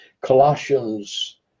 Colossians